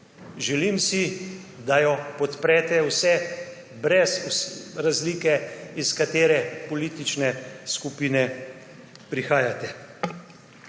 Želim si, da jo podprete vse, brez razlike, iz katere politične skupine prihajate.